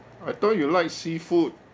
I thought you like seafood